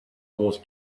wars